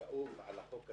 כאוב זה, על החוק הזה.